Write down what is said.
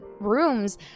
rooms